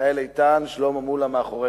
מיכאל איתן, שלמה מולה מאחוריך.